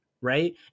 right